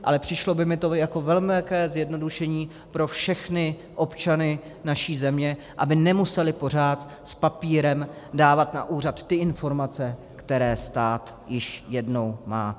Ale přišlo by mi to jako velmi velké zjednodušení pro všechny občany naší země, aby nemuseli pořád s papírem dávat na úřad ty informace, které stát již jednou má.